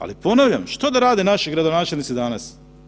Ali ponavljam, što da rade naši gradonačelnici danas?